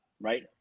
right